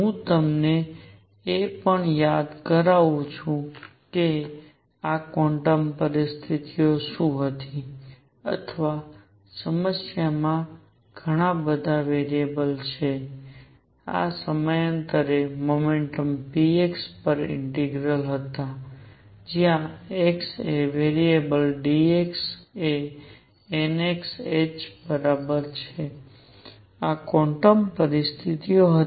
હું તમને એ પણ યાદ અપાવું છું કે આ ક્વોન્ટમ પરિસ્થિતિઓ શું હતી અથવા સમસ્યા માં ઘણા બધા વેરિએબલ છે આ સમયાંતરે મોમેન્ટ px પર ઇન્ટીગ્રલ હતા જ્યાં x એ વેરિએબલ d x એ nx h બરાબર છે આ ક્વોન્ટમ પરિસ્થિતિઓ હતી